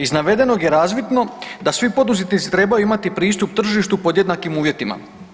Iz navedenog je razvidno da svi poduzetnici trebaju imati pristup tržištu pod jednakim uvjetima.